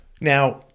Now